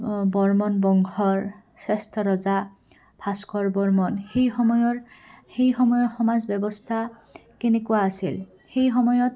বৰ্মন বংশৰ শ্ৰেষ্ঠ ৰজা ভাস্কৰ বৰ্মন সেই সময়ৰ সেই সময়ৰ সমাজ ব্যৱস্থা কেনেকুৱা আছিল সেই সময়ত